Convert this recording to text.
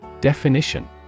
Definition